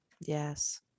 Yes